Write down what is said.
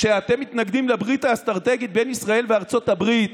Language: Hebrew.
כשאתם מתנגדים לברית האסטרטגית בין ישראל לארצות הברית